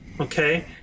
Okay